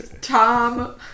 tom